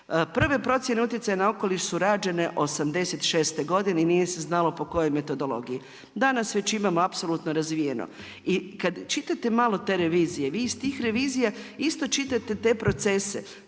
Prve procjene utjecaja na okoliš su rađene '86. godine i nije se znalo po kojoj metodologiji. Danas već imamo apsolutno razvijeno. I kad čitate malo te revizije, vi iz tih revizija isto čitate te procese,